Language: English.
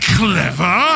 clever